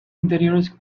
interiores